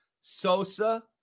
Sosa